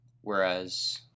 whereas